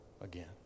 again